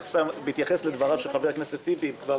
בהתייחס לדבריו של חבר הכנסת טיבי, כבר